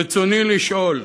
רצוני לשאול: